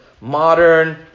modern